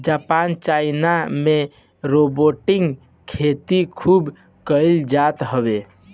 Japan China में robotic खेती खूब कईल जात हवे